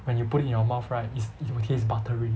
when you put in your mouth right it's it will taste buttery